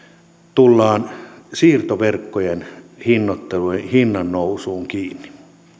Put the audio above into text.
tullaan siirtoverkkojen hinnoitteluun hinnannousuun kiinni